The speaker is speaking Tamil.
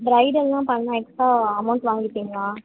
பிரைடெல்லாம் பண்ணிணா எக்ஸ்ட்ரா அமௌண்ட் வாங்கிப்பீங்களா